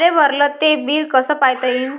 मले भरल ते बिल कस पायता येईन?